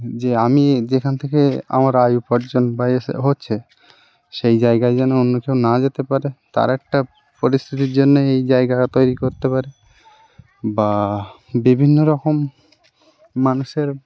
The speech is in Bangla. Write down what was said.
যে আমি যেখান থেকে আমার আয় উপার্জন বা এ সব হচ্ছে সেই জায়গায় যেন অন্য কেউ না যেতে পারে তার একটা পরিস্থিতির জন্য এই জায়গা তৈরি করতে পারে বা বিভিন্ন রকম মানুষের